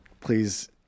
please